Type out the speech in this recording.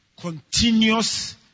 continuous